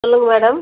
சொல்லுங்கள் மேடம்